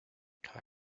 cada